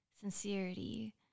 sincerity